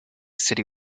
city